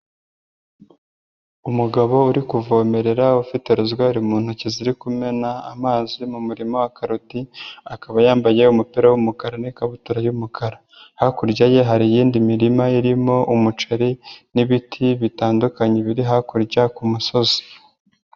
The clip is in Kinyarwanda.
Umugabo uri kuvomerera ufite ruswari mu ntoki ziri kumena amazi mu murima wa karoti, akaba yambaye umupira wumukara n'ikabutura y'umukara. Hakurya ye hari iyindi mirima irimo umuceri n'ibiti bitandukanye biri hakurya kuumusozi.